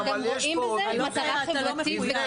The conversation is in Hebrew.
גם רואים בזה מטרה חברתית וכלכלית.